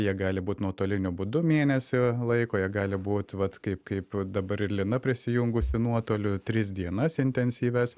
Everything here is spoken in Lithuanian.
jie gali būt nuotoliniu būdu mėnesį laiko jie gali būt vat kaip kaip dabar ir lina prisijungusi nuotoliu tris dienas intensyvias